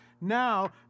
now